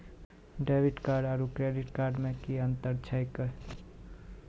Debit card आरू credit card मे कि अन्तर छैक?